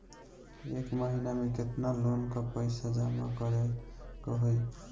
एक महिना मे केतना लोन क पईसा जमा करे क होइ?